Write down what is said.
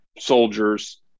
soldiers